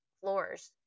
floors